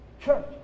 Church